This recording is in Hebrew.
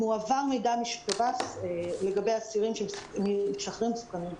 מועבר מידע משב"ס לגבי אסירים שמשחררים והם מסוכנים --- הבנתי.